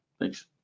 Thanks